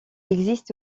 existe